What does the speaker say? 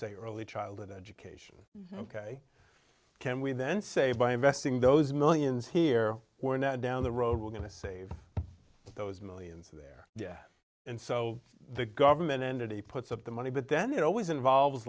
say early childhood education ok can we then say by investing those millions here we're now down the road we're going to save those millions there yet and so the government entity puts up the money but then it always involves